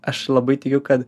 aš labai tikiu kad